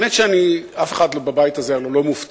האמת שאף אחד בבית הזה לא מופתע,